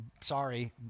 Sorry